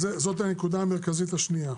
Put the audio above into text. אז זאת הנקודה המרכזית השנייה.